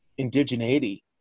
indigeneity